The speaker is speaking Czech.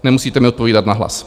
Nemusíte mi odpovídat nahlas.